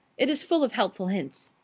it is full of helpful hints.